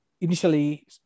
initially